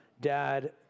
dad